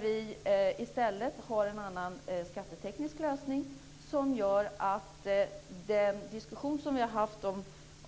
Vi har en annan skatteteknisk lösning. Den diskussion som vi har haft